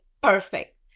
perfect